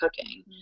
cooking